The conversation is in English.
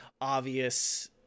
obvious